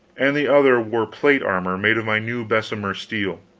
and the other wore plate-armor made of my new bessemer steel.